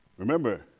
Remember